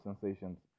sensations